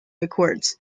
accords